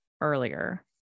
earlier